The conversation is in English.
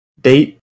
date